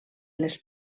les